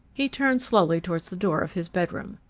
he turned slowly towards the door of his bedroom.